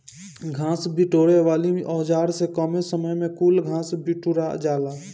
घास बिटोरे वाली औज़ार से कमे समय में कुल घास बिटूरा जाला